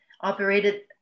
operated